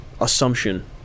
Assumption